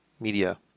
Media